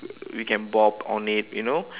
we can bop on it you know